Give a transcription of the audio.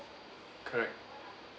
correct